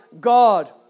God